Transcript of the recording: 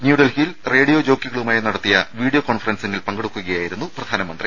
ന്യൂഡൽഹിയിൽ റേഡിയോ ജോക്കികളുമായി നടത്തിയ വീഡിയോ കോൺഫറൻസിംഗിൽ പങ്കെടുക്കുകയായിരുന്നു പ്രധാനമന്ത്രി